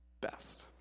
best